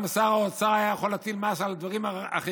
ושר האוצר היה יכול להטיל מס גם על דברים אחרים,